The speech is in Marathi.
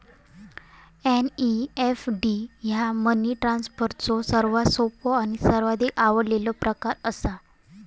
एन.इ.एफ.टी ह्या मनी ट्रान्सफरचो सर्वात सोपो आणि सर्वाधिक आवडलेलो प्रकार असा